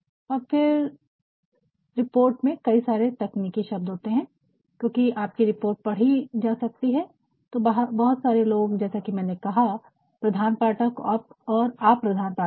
और फिर रिपोर्ट में कई सारे तकनीकी शब्द होते हैं और क्योंकि आप की रिपोर्ट पढ़ी जा सकती है तो बहुत सारे लोग जैसा कि मैंने कहा प्रधान पाठक और अप्रधान पाठक भी